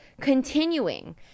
continuing